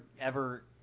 ever-